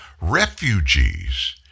refugees